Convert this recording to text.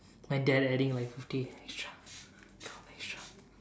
my dad adding like fifty extra extra